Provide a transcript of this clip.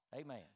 Amen